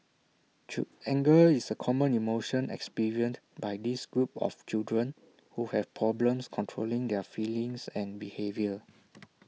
anger is A common emotion experienced by this group of children who have problems controlling their feelings and behaviour